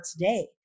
today